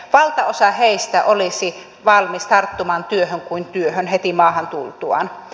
valtaosa heistä olisi valmis tarttumaan työhön kuin työhön heti maahan tultuaan